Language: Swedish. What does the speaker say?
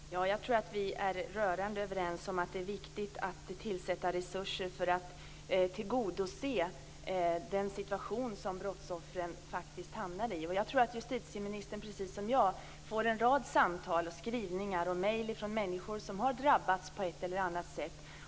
Fru talman! Jag tror att vi är rörande överens om att det är viktigt att se till att det finns resurser för att ta itu med den situation som brottsoffren faktiskt hamnar i. Jag tror att justitieministern, precis som jag, får en rad samtal, brev och mejl från människor som har drabbats på ett eller annat sätt.